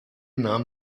nahm